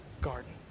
garden